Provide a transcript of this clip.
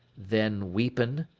then weepen,